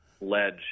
ledge